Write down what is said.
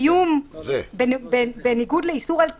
קיום "בניגוד לאיסור על קיומם".